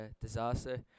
Disaster